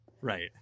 Right